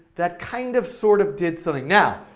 that kind of sort of did something. now,